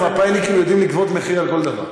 המפא"יניקים יודעים לגבות מחיר על כל דבר.